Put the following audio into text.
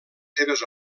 seves